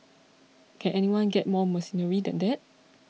can anyone get more mercenary than that